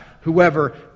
whoever